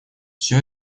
всё